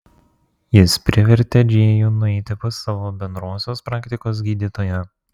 jis privertė džėjų nueiti pas savo bendrosios praktikos gydytoją